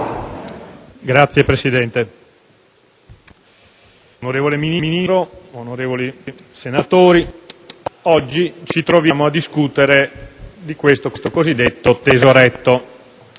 Signor Presidente, onorevole Ministro, onorevoli senatori, oggi ci troviamo a discutere del cosiddetto tesoretto.